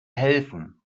helfen